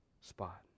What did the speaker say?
spot